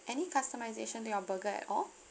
any customization to your burger at all